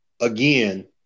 again